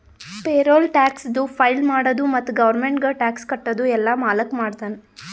payroll ಟ್ಯಾಕ್ಸದು file ಮಾಡದು ಮತ್ತ ಗೌರ್ಮೆಂಟ್ಗ ಟ್ಯಾಕ್ಸ್ ಕಟ್ಟದು ಎಲ್ಲಾ ಮಾಲಕ್ ಮಾಡ್ತಾನ್